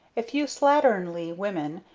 a few slatternly women,